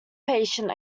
patient